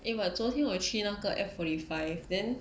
eh but 昨天我去那个 F forty five then